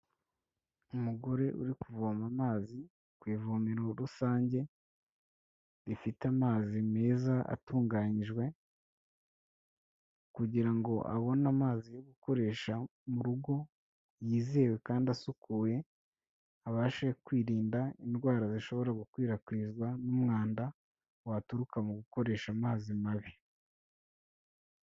Umugore uri kuvoma amazi, ku ivomero rusange, rifite amazi meza atunganyijwe, kugira ngo abone amazi yo gukoresha mu rugo, yizewe kandi asukuye abashe kwirinda indwara zishobora gukwirakwizwa n'umwanda waturuka mu gukoresha amazi mabi.